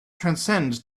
transcend